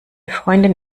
freundin